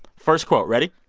first quote, ready?